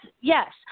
Yes